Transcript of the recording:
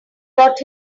got